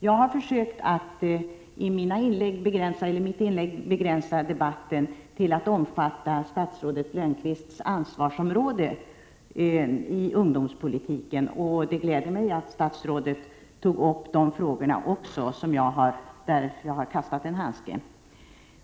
Jag har i mitt inlägg försökt begränsa debatten till att omfatta statsrådet Lönnqvists ansvarsområden i ungdomspolitiken. Det gläder mig att statsrådet tog upp de frågor där jag kastade en handske.